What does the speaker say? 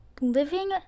living